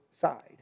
side